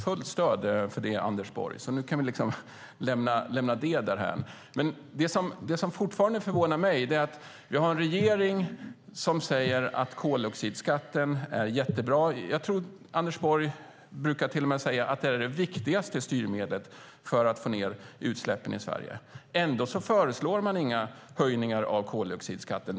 Fullt stöd för det, Anders Borg, så nu kan vi lämna det därhän. Det som fortfarande förvånar mig är att vi har en regering som säger att koldioxidskatten är jättebra - jag tror att Anders Borg till och med brukar säga att den är det viktigaste styrmedlet för att få ned utsläppen i Sverige - men ändå föreslår man inga höjningar av koldioxidskatten.